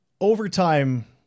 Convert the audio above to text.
Overtime